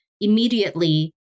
Immediately